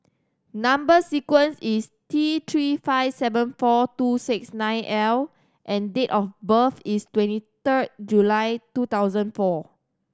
number sequence is T Three five seven four two six nine L and date of birth is twenty third July two thousand four